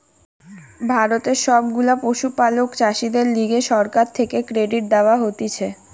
ভারতের সব গুলা পশুপালক চাষীদের লিগে সরকার থেকে ক্রেডিট দেওয়া হতিছে